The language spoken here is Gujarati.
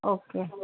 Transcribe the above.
ઓકે